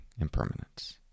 impermanence